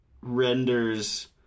renders